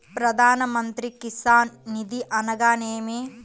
ప్రధాన మంత్రి కిసాన్ నిధి అనగా నేమి?